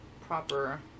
proper